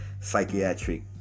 Psychiatric